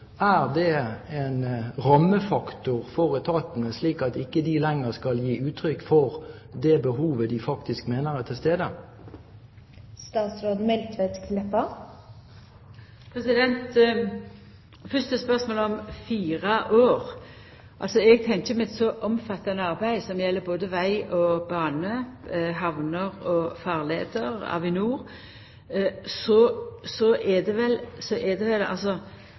en rammefaktor for etatene, slik at de ikke lenger skal gi uttrykk for det behovet de faktisk mener er til stede? Fyrst til spørsmålet om fire år. Når vi ser på den planen som er i dag, tenkjer eg at med eit så omfattande arbeid, som gjeld både veg og bane, hamner og farleier og Avinor,